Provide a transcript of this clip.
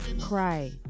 Cry